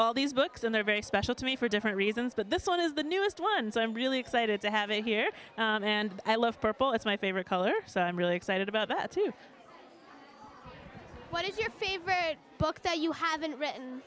all these books and they're very special to me for different reasons but this one is the newest one so i'm really excited to have it here and i love purple it's my favorite color so i'm really excited about that too what is your favorite book that you haven't written